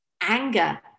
anger